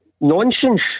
nonsense